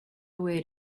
way